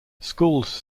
schools